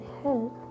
help